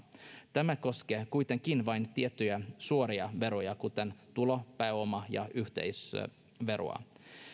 tämä koskee kuitenkin vain tiettyjä suoria veroja kuten tulo pääoma ja yhteisöveroa